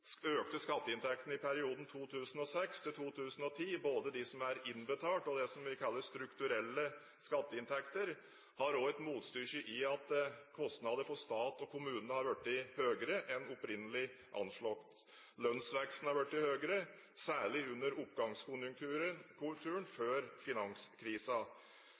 økte skatteinntektene i perioden 2006–2010, både de som er innbetalt, og det vi kaller strukturelle skatteinntekter, har et motstykke i at også kostnadene for stat og kommune har blitt høyere enn opprinnelig anslått. Lønnsvekten har blitt høyere, særlig under oppgangskonjunkturen før